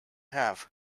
have